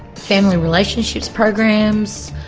family relationships programs,